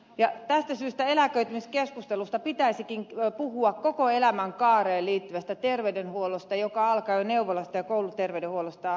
tästä syystä eläköitymiskeskustelussa pitäisikin puhua koko elämänkaareen liittyvästä terveydenhuollosta joka alkaa jo neuvolasta ja kouluterveydenhuollosta